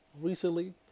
Recently